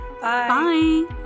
bye